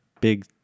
big